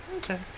Okay